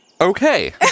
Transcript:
Okay